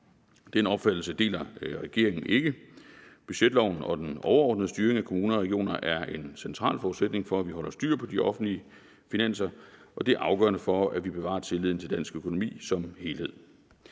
Den opfattelse deler regeringen ikke. Budgetloven og den overordnede styring af kommuner og regioner er en central forudsætning for, at vi holder styr på de offentlige finanser, og det er afgørende for, at vi bevarer tilliden til dansk økonomi som helhed.